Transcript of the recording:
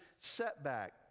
setback